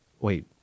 wait